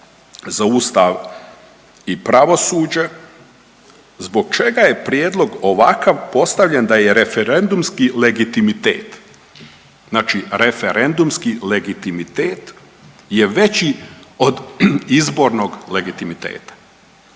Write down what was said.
za Ustav i pravosuđe zbog čega je prijedlog ovakav postavljen da je referendumski legitimitet, znači referendumski legitimitet je veći od izbornog legitimiteta.